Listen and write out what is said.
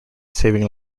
saving